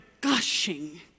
gushing